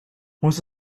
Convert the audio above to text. muss